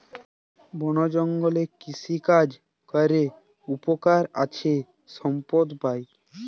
বল জঙ্গলে কৃষিকাজ ক্যরে উপকার আছে সম্পদ পাই